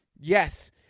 Yes